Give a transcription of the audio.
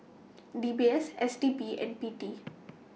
D B S S D P and P T